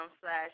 slash